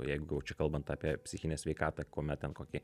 jeigu jau čia kalbant apie psichinę sveikatą kuomet ten kokį